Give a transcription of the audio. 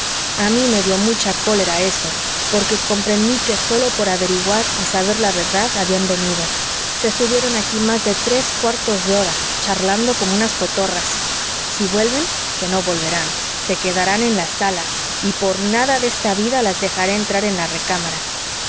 a mí me dio mucha cólera eso porque comprendí que sólo por averiguar y saber la verdad habían venido se estuvieron aquí más de tres cuartos de hora charlando como unas cotorras si vuelven que no volverán se quedarán en la sala y por nada de esta vida las dejaré entrar en la recámara